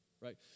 right